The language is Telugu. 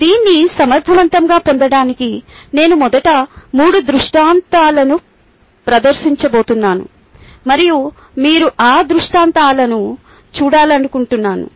దీన్ని సమర్థవంతంగా పొందడానికి నేను మొదట మూడు దృష్టాంతాలను ప్రదర్శించబోతున్నాను మరియు మీరు ఆ దృష్టాంతాలను చూడాలనుకుంటున్నాను